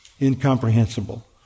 incomprehensible